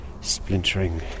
splintering